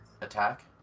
attack